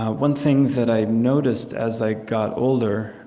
ah one thing that i noticed as i got older,